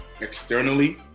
externally